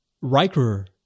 Riker